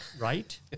Right